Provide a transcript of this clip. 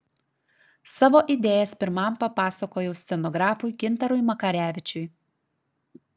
savo idėjas pirmam papasakojau scenografui gintarui makarevičiui